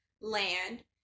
land